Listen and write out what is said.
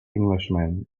englishman